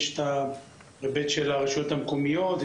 ויש את ההיבט של הרשויות המקומיות,